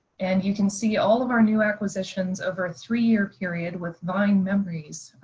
and you can see all of our new acquisitions over a three year period with vine memories,